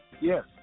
yes